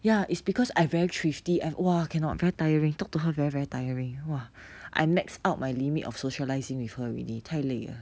ya it's because I very thrifty and !wah! cannot very tiring talk to her very very tiring !wah! I maximise out my limit of socialising with her really 太累了